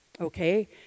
Okay